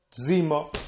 zima